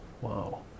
Wow